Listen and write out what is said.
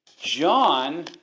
John